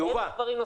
אין דברים נוספים.